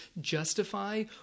justify